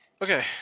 Okay